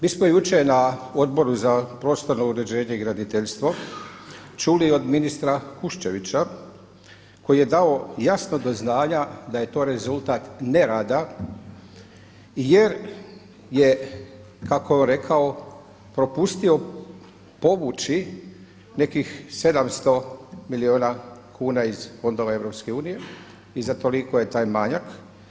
Mi smo jučer na Odboru za prostorno uređenje i graditeljstvo čuli od ministra Kušćevića koji je dao jasno do znanja da je to rezultat nerada jer je kako je on rekao propustio povući nekih 700 milijuna kuna iz fondova EU i za toliko je taj manjak.